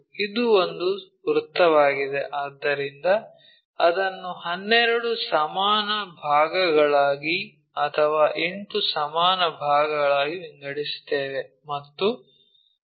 ಇದು ಒಂದು ವೃತ್ತವಾಗಿದೆ ಆದ್ದರಿಂದ ಅದನ್ನು 12 ಸಮಾನ ಭಾಗಗಳಾಗಿ ಅಥವಾ 8 ಸಮಾನ ಭಾಗಗಳಾಗಿ ವಿಂಗಡಿಸುತ್ತೇವೆ ಮತ್ತು ಆ ರೇಖೆಗಳನ್ನು ಪ್ರಕ್ಷೇಪಿಸುತ್ತೇವೆ